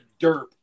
derp